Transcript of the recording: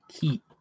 Heat